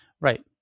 Right